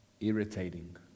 Irritating